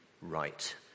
right